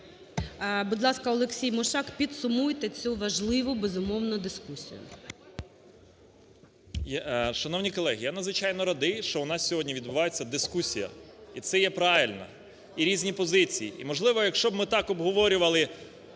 Будь ласка, Олексій Мушак, підсумуйте цю важливу, безумовно, дискусію. 12:03:23 МУШАК О.П. Шановні колеги, я надзвичайно радий, що у нас сьогодні відбувається дискусія. І це є правильно, і різні позиції. І можливо, якщо б ми так обговорювали